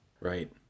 Right